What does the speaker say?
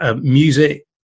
Music